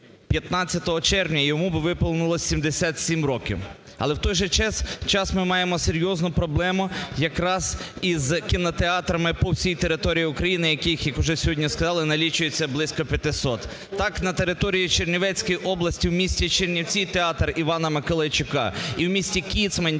15 червня йому би виповнилось 77 років. Але в той же час ми маємо серйозну проблему якраз із кінотеатрами по всій території України, яких, як вже сьогодні сказали, налічується близько 500. Так, на території Чернівецької області в місті Чернівці театр Івана Миколайчука і в місті Кіцмань театр